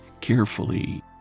carefully